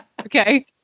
Okay